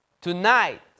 Tonight